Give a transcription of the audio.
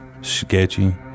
sketchy